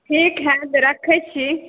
ठीक हइ तऽ रखै छी